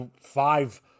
five